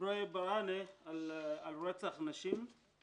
לדבי ברהנה על רצח נשים,